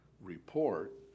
Report